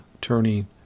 turning